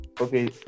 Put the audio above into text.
Okay